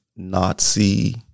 Nazi